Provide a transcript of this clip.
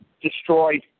destroyed